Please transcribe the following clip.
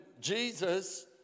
Jesus